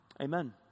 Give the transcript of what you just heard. Amen